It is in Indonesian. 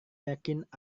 yakin